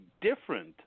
different